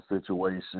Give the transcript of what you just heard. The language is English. situation